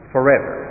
Forever